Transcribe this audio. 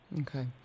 Okay